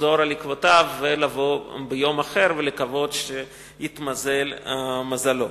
לחזור על עקבותיו ולבוא ביום אחר ולקוות שיתמזל מזלו.